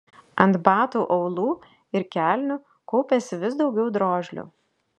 ant batų aulų ir kelnių kaupėsi vis daugiau drožlių